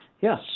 Yes